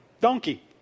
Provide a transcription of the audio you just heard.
donkey